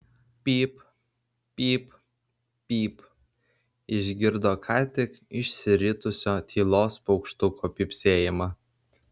pyp pyp pyp išgirdo ką tik išsiritusio tylos paukštuko pypsėjimą